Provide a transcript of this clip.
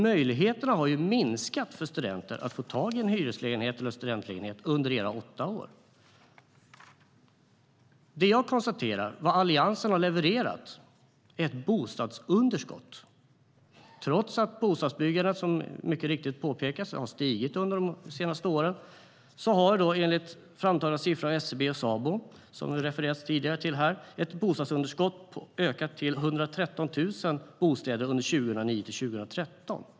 Möjligheterna för studenter att få tag i en hyreslägenhet eller studentlägenhet har alltså minskat under era åtta år. Jag konstaterar att det som Alliansen har levererat är ett bostadsunderskott. Trots att bostadsbyggandet har ökat under de senaste åren, som mycket riktigt har påpekats, har bostadsunderskottet, enligt siffror framtagna av SCB och Sabo som det har refererats till, ökat till 113 000 bostäder under 2009-2013.